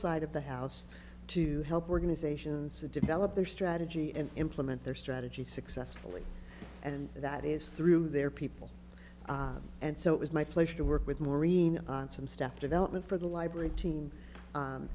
side of the house to help organize asians to develop their strategy and implement their strategy successfully and that is through their people and so it was my pleasure to work with maureen on some staff development for the library team